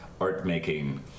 art-making